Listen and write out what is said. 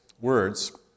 words